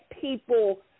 people